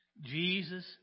Jesus